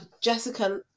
Jessica